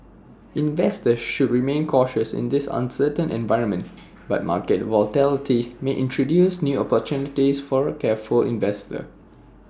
investors should remain cautious in this uncertain environment but market volatility may introduce new opportunities for the careful investor